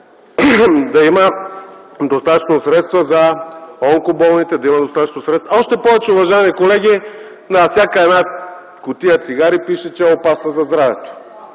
да има достатъчно средства за онкоболните. Още повече, уважаеми колеги, на всяка една кутия цигари пише, че е опасно за здравето.